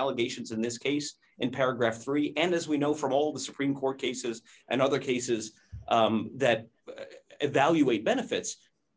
allegations in this case in paragraph three and as we know from all the supreme court cases and other cases that evaluate benefits